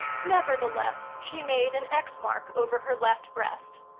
nevertheless, she made an x-mark over her left breast.